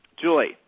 Julie